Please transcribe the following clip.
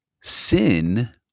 sin